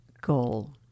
goal